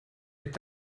est